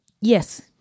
Yes